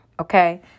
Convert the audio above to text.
Okay